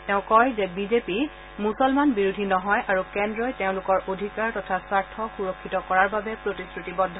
তেওঁ কয় যে বিজেপি মুছলমান বিৰোধী নহয় আৰু কেন্দ্ৰই তেওঁলোকৰ অধিকাৰ তথা স্বাৰ্থ সুৰক্ষিত কৰাৰ বাবে প্ৰতিশ্ৰতিবদ্ধ